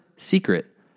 secret